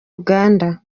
uganda